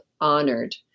honored